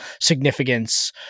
significance